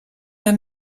der